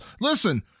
listen